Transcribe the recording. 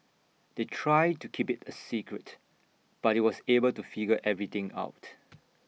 they tried to keep IT A secret but he was able to figure everything out